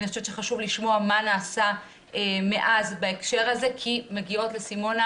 אני חושבת שחשוב לשמוע מה נעשה מאז בהקשר הזה כי מגיעות לסימונה,